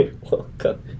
Welcome